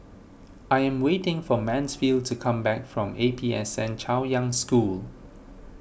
I am waiting for Mansfield to come back from A P S N Chaoyang School